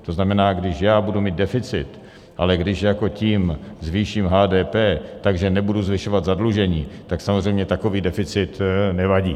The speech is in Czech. To znamená, když budu mít deficit, ale když tím zvýším HDP tak, že nebudu zvyšovat zadlužení, tak samozřejmě takový deficit nevadí.